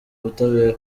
ubutabera